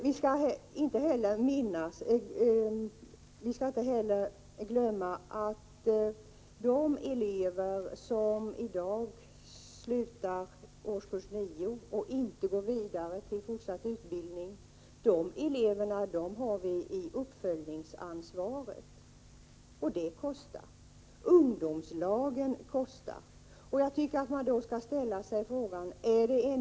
Vi skall inte heller glömma bort de elever som i dag slutar årskurs 9 och inte går vidare till fortsatt utbildning. Dessa elever har vi i uppföljningsansvaret, och det kostar. Ungdomslagen kostar.